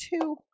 two